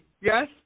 Yes